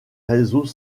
réseaux